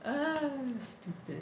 !aiya! stupid